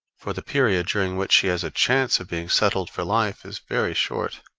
for the period during which she has a chance of being settled for life is very short.